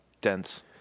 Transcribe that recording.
Dense